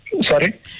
Sorry